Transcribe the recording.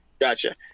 Gotcha